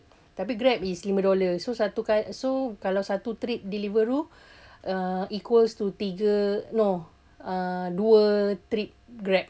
tapi grab is lima dollar kalau satu trip deliveroo uh equals to tiga no uh dua trip grab